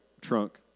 trunk